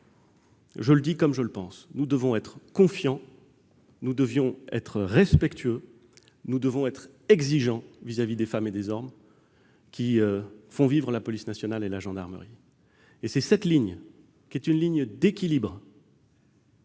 Je le dis comme je le pense : nous devons être confiants, respectueux et exigeants vis-à-vis des femmes et des hommes qui font vivre la police nationale et la gendarmerie. C'est cette ligne, qui est une ligne d'équilibre,